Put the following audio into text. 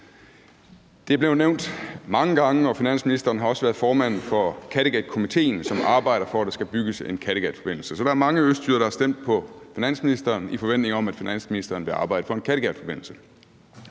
Det er blevet nævnt mange gange, og finansministeren har også været formand for Kattegatkomitéen, som arbejder for, at der skal bygges en Kattegatforbindelse. Så der er mange østjyder, der har stemt på finansministeren, i forventning om at finansministeren ville arbejde for en Kattegatforbindelse.